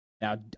Now